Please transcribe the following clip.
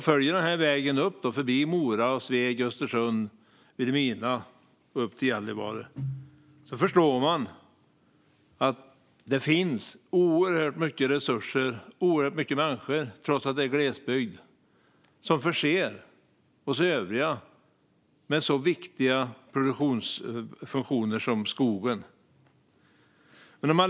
Följer man vägen förbi Mora, Sveg, Östersund och Vilhelmina upp till Gällivare förstår man att det finns massor med resurser och människor som trots att det är glesbygd förser oss övriga med den viktiga skogsproduktionen.